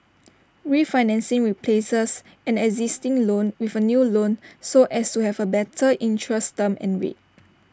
refinancing replaces an existing loan with A new loan so as to have A better interest term and rate